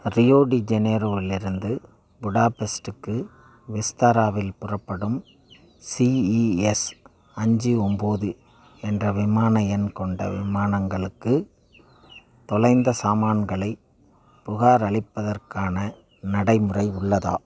Rio டி ட ஜெனிரோவிலிருந்து புடாபெஸ்ட்டுக்கு விஸ்தாராவில் புறப்படும் ஸிஇஎஸ் அஞ்சு ஒம்பது என்ற விமான எண் கொண்ட விமானங்களுக்குத் தொலைந்த சாமான்களைப் புகாரளிப்பதற்கான நடைமுறை உள்ளதா